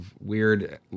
weird